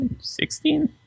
sixteen